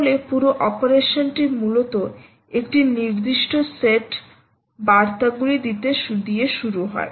তাহলে পুরো অপারেশনটি মূলত একটি নির্দিষ্ট সেট বার্তাগুলি দিয়ে শুরু হয়